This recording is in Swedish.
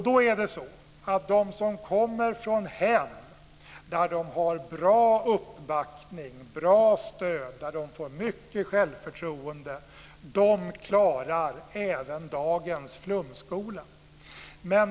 De som kommer från hem där de har bra uppbackning, bra stöd, där de får mycket självförtroende klarar även dagens flumskola.